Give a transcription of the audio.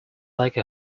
like